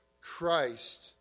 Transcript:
Christ